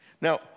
Now